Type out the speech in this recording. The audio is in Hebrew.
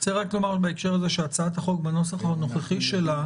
בהקשר הזה הצעת החוק בנוסח הנוכחי שלה,